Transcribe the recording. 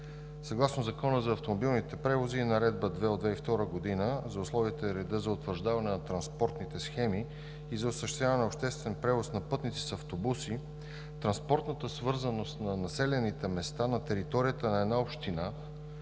Съгласно Закона за автомобилните превози и Наредба № 2 от 2002 г. за условията и реда за утвърждаване на транспортните схеми и за осъществяване на обществен превоз на пътници с автобуси транспортната свързаност на населените места на територията на една община се